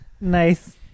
Nice